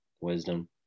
Wisdom